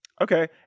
Okay